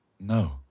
no